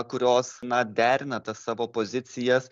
kurios na derina tas savo pozicijas